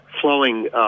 flowing